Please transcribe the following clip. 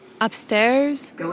Upstairs